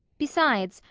besides,